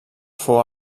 fou